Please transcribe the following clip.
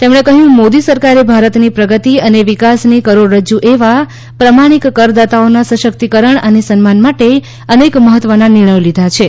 તેમણે કહ્યું મોદી સરકારે ભારતની પ્રગતિ અને વિકાસની કરોડરજ્જુ એવા પ્રામાણિક કરદાતાઓના સશક્તિકરણ અને સન્માન માટે અનેક મહત્ત્વના નિર્ણયો લીધા છે